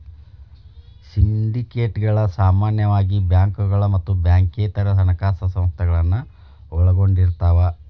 ಸಿಂಡಿಕೇಟ್ಗಳ ಸಾಮಾನ್ಯವಾಗಿ ಬ್ಯಾಂಕುಗಳ ಮತ್ತ ಬ್ಯಾಂಕೇತರ ಹಣಕಾಸ ಸಂಸ್ಥೆಗಳನ್ನ ಒಳಗೊಂಡಿರ್ತವ